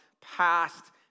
past